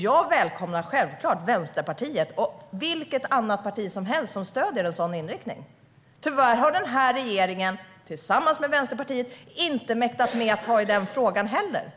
Jag välkomnar självklart Vänsterpartiet och vilket annat parti som helst som stöder en sådan inriktning. Tyvärr har denna regering, tillsammans med Vänsterpartiet, inte mäktat med att ta tag i den frågan heller.